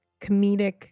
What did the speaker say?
comedic